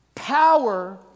Power